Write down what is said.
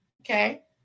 okay